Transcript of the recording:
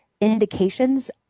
indications